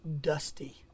Dusty